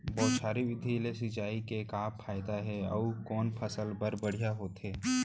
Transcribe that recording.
बौछारी विधि ले सिंचाई के का फायदा हे अऊ कोन फसल बर बढ़िया होथे?